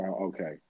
okay